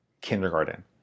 kindergarten